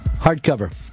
hardcover